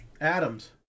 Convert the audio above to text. Adams